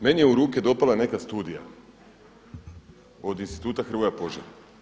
Meni je u ruke dopala neka studija od Instituta Hrvoje Požar.